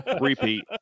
Repeat